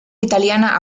italiana